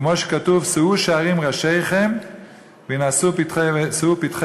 כמו שכתוב "שאו שערים ראשיכם והִנשאו פתחי